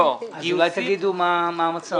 אז אולי תגידו מה המצב?